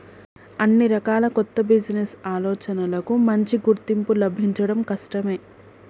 అన్ని రకాల కొత్త బిజినెస్ ఆలోచనలకూ మంచి గుర్తింపు లభించడం కష్టమే